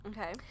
Okay